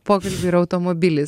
pokalbiui yra automobilis